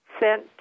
sent